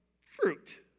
fruit